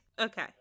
Okay